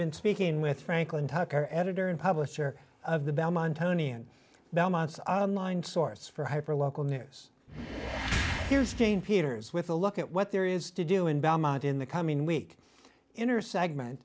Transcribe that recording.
been speaking with franklin tucker editor and publisher of the bellman tony and belmont's on line source for hyper local news here's jane peters with a look at what there is to do in belmont in the coming week inner segment